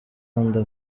nda